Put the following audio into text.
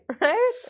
Right